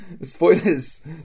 Spoilers